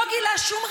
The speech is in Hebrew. לא גילה שום רגישות.